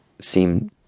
seem